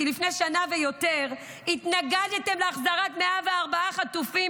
כי לפני שנה ויותר התנגדתם להחזרת 104 חטופים,